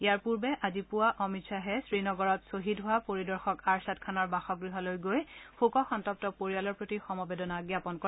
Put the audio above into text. ইয়াৰ পূৰ্বে আজি পুৱা অমিত খাহে শ্ৰীনগৰত ছহিদ হোৱা পৰিদৰ্শক আৰ্ছাদ খানৰ বাসগৃহলৈ গৈ শোকসন্তপ্ত পৰিয়ালৰ প্ৰতি সমবেদনা জাপন কৰে